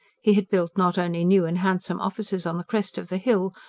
he had built not only new and handsome offices on the crest of the hill,